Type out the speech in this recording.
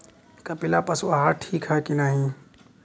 कपिला पशु आहार ठीक ह कि नाही?